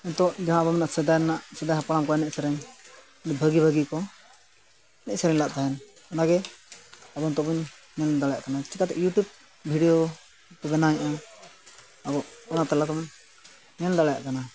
ᱱᱤᱛᱳᱜ ᱡᱟᱦᱟᱸ ᱟᱵᱚ ᱵᱚᱱ ᱢᱮᱱᱮᱜᱼᱟ ᱥᱮᱫᱟᱭ ᱨᱮᱱᱟᱜ ᱥᱮᱫᱟᱭ ᱦᱟᱯᱲᱟᱢ ᱠᱚᱣᱟ ᱮᱱᱮᱡ ᱥᱮᱨᱮᱧ ᱵᱷᱟᱹᱜᱤ ᱵᱷᱟᱹᱜᱤ ᱠᱚ ᱮᱱᱮᱡ ᱥᱮᱨᱮᱧ ᱞᱮᱫ ᱛᱟᱦᱮᱸᱫ ᱚᱱᱟᱜᱮ ᱟᱵᱚ ᱱᱤᱛᱳᱜ ᱵᱚᱱ ᱧᱮᱞ ᱫᱟᱲᱮᱭᱟᱜ ᱠᱟᱱᱟ ᱪᱤᱠᱟᱹᱛᱮ ᱤᱭᱩᱴᱤᱭᱩᱵᱽ ᱵᱷᱤᱰᱤᱭᱳ ᱠᱚ ᱵᱮᱱᱟᱣᱮᱜᱼᱟ ᱟᱵᱚ ᱚᱱᱟ ᱛᱟᱞᱟ ᱛᱮᱵᱚᱱ ᱧᱮᱞ ᱫᱟᱲᱮᱭᱟᱜ ᱠᱟᱱᱟ